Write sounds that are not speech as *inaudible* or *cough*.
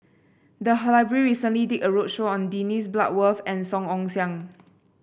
the *unintelligible* library recently did a roadshow on Dennis Bloodworth and Song Ong Siang